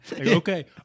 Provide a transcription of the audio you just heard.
Okay